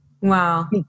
Wow